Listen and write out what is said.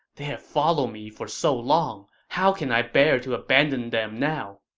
they have followed me for so long, how can i bear to abandon them now?